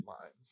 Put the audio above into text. lines